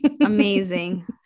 Amazing